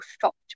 shocked